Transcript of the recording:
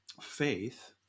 faith